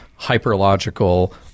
hyperlogical